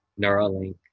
Neuralink